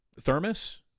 Thermos